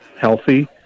healthy